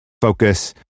focus